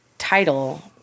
title